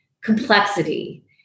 complexity